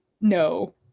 no